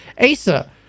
asa